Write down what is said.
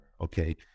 Okay